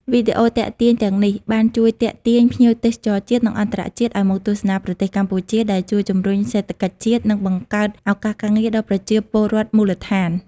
វីដេអូទាក់ទាញទាំងនេះបានជួយទាក់ទាញភ្ញៀវទេសចរជាតិ និងអន្តរជាតិឱ្យមកទស្សនាប្រទេសកម្ពុជា ដែលជួយជំរុញសេដ្ឋកិច្ចជាតិ និងបង្កើតឱកាសការងារដល់ប្រជាពលរដ្ឋមូលដ្ឋាន។